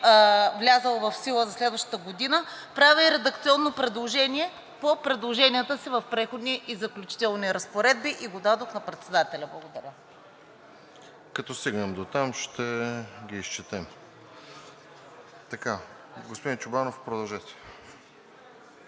влязъл в сила за следващата година, правя и редакционно предложение по предложенията си в „Преходни и заключителни разпоредби“ и го дадох на председателя. Благодаря. ПРЕДСЕДАТЕЛ РОСЕН ЖЕЛЯЗКОВ: Като стигнем дотам, ще ги изчетем. Господин Чобанов, продължете.